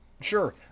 Sure